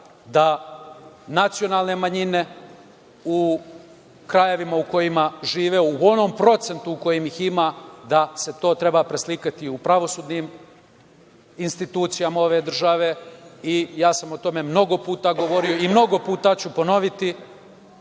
da nacionalne manjine u krajevima u kojim žive, u onom procentu u kojem ih ima da se to treba preslikati u pravosudne institucije ove države i ja sam o tome mnogo puta govorio i mnogo puta ću ponoviti,